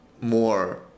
more